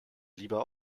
lieber